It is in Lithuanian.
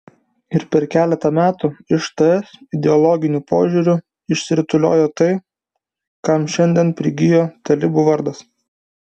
ir per keletą metų iš ts ideologiniu požiūriu išsirutuliojo tai kam šiandien prigijo talibų vardas